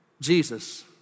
Jesus